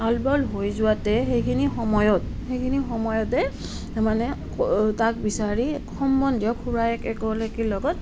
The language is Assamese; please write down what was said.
আউল বাউল হৈ যোৱাতে সেইখিনি সময়ত সেইখিনি সময়তে তাৰমানে তাক বিচাৰি সম্বন্ধীয় খুড়ায়েক এগৰাকীৰ লগত